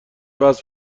وصل